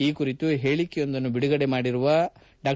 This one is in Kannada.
ಈ ಕುರಿತು ಹೇಳಿಕೆಯೊಂದನ್ನು ಬಿಡುಗಡೆ ಮಾಡಿರುವ ಡಾ